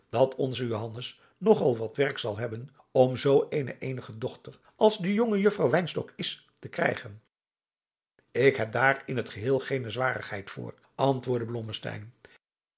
dat onze johannes nog al wat werk zal hebben om zoo een eenige dochter als de jonge juffrouw wynstok is te krijgen ik heb daar in het geheel gene zwarigheid voor antwoordde